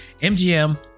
MGM